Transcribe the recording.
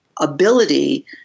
ability